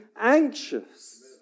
anxious